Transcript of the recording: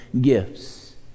gifts